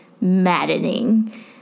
maddening